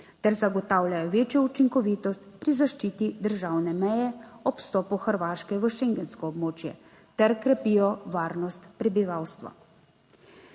ter zagotavljajo večjo učinkovitost pri zaščiti državne meje ob vstopu Hrvaške v schengensko območje ter krepijo varnost prebivalstva.